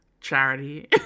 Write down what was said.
charity